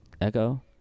Echo